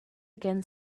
again